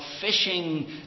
fishing